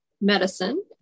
medicine